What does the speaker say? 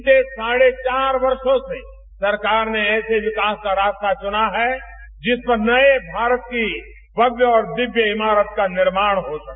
बीते साढ़े चार वर्षो से सरकार ने ऐसे विकास का रास्ता चुना है जिस पर नए भारत की भव्य और दिव्य इमारत का निर्माण हो सके